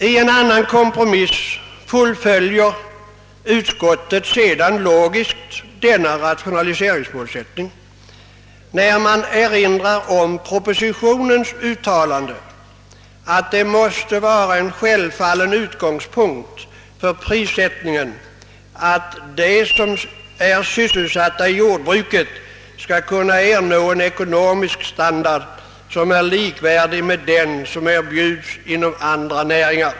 I en annan kompromiss fullföljer utskottet sedan logiskt denna rationaliseringsmålsättning, när man erinrar om propositionens uttalande, att det måste vara en självklar utgångspunkt för prissättningen, att de som är sysselsatta i jordbruket skall kunna uppnå en ekonomisk standard som är likvärdig den som erbjuds inom andra näringar.